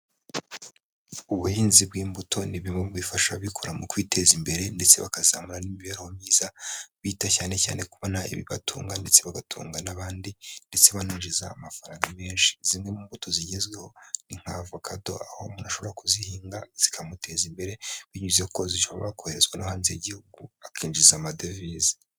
Ubuhinzi bw'imbuto ni bimwe mu bifasha abikorera mu kwiteza imbere ndetse bakazamura n'imibereho myiza, bita cyanecyane kubona ibibatunga ndetse bagatunga n'abandi ndetse baninjiza amafaranga menshi, zimwe mu mbuto zigezweho ni inka avokado, aho umuntu ashobora kuzihinga zikamuteza imbere binyuze ko zishobora koreherezwa no hanze y'igihugu akinjiza amadevize.